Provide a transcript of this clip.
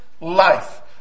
life